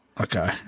Okay